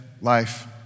life